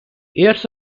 years